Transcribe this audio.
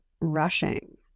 rushing